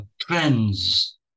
trends